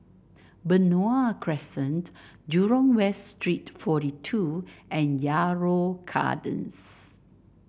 Benoi Crescent Jurong West Street forty two and Yarrow Gardens